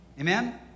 Amen